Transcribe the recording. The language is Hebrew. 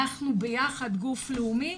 אנחנו ביחד גוף לאומי,